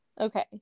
Okay